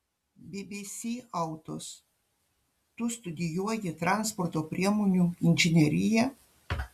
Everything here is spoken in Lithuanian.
bbc autos tu studijuoji transporto priemonių inžineriją